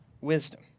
wisdom